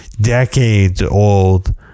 decades-old